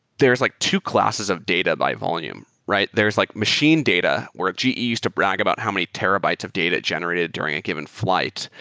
there is like two classes of data by volume, right? there is like machine data where ge used to brag about how many terabytes of data it generated during a given fl ight,